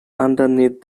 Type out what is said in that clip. underneath